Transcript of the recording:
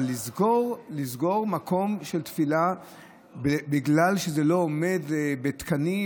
אבל לסגור מקום של תפילה בגלל שזה לא עומד בתקנים,